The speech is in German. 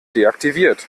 deaktiviert